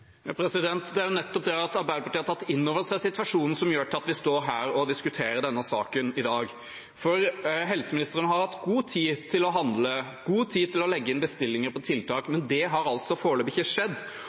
Det er nettopp det at Arbeiderpartiet har tatt inn over seg situasjonen, som gjør at vi står her og diskuterer denne saken i dag. Helseministeren har hatt god tid til å handle, god tid til å legge inn bestillinger på tiltak,